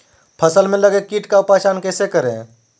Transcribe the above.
फ़सल में लगे किट का पहचान कैसे करे?